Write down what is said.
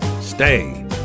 stay